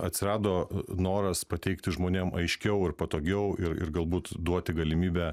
atsirado noras pateikti žmonėm aiškiau ir patogiau ir ir galbūt duoti galimybę